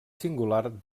singular